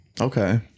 Okay